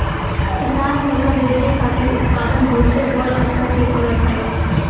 किसान फसल बेचे खातिर उत्पादन बहुते बड़ स्तर पे करत हवे